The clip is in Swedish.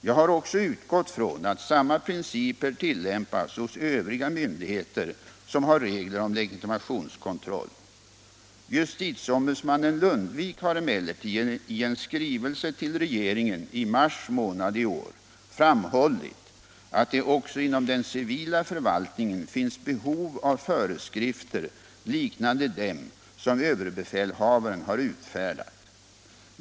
Jag har också utgått från att samma principer tillämpas hos övriga myndigheter, som har regler om legitimationskontroll. Justitieombudsmannen Lundvik har emellertid i en skrivelse till regeringen i mars månad i år framhållit att det också inom den civila förvaltningen finns behov av föreskrifter liknande dem som överbefälhavaren har utfärdat.